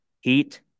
heat